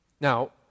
Now